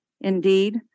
Indeed